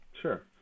Sure